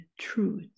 truth